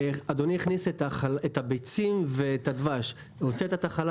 אדוני הכניס את הביצים ואת הדבש, והוצאת את החלב.